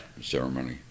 ceremony